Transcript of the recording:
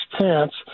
pants